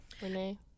Renee